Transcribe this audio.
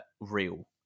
real